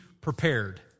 prepared